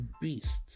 beasts